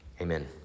Amen